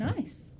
Nice